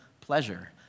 pleasure